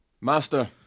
Master